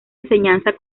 enseñanza